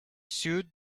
sewed